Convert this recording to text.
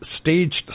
staged